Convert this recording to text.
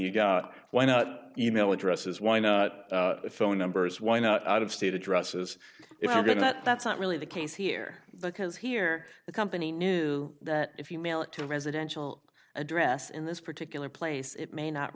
you've got why not e mail addresses why not phone numbers why not out of state addresses if you get that that's not really the case here because here the company knew that if you mail it to a residential address in this particular place it may not